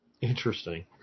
Interesting